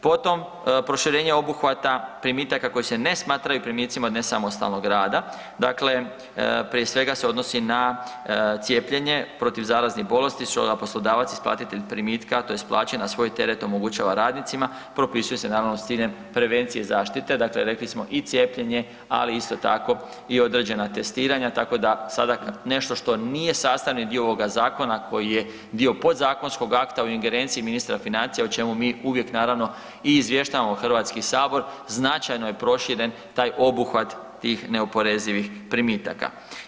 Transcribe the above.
Potom proširenje obuhvata primitaka koji se ne smatraju primicima od nesamostalnog rada, dakle prije svega se odnosi na cijepljenje protiv zaraznih bolesti … [[Govornik se ne razumije]] poslodavac isplatiti primitke, a tj. plaće na svoj teret omogućava radnicima propisuje se naravno s ciljem prevencije zaštite, dakle rekli smo i cijepljenje, ali isto tako i određena testiranja, tako da sada nešto što nije sastavni dio ovoga zakona koji je dio podzakonskog akta u ingerencija ministra financija o čemu mi uvijek naravno i izvještavamo HS, značajno je proširen taj obuhvat tih neoporezivih primitaka.